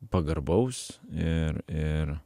pagarbaus ir ir